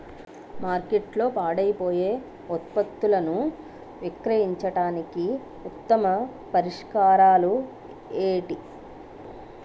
మార్కెట్లో పాడైపోయే ఉత్పత్తులను విక్రయించడానికి ఉత్తమ పరిష్కారాలు ఏంటి?